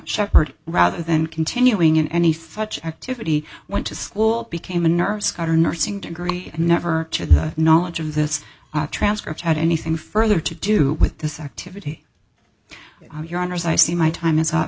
shepard rather than continuing in any such activity went to school became a nurse got her nursing degree and never had the knowledge of this transcript had anything further to do with this activity your honor as i see my time is up